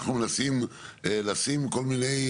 אנחנו מנסים לשים כל מיני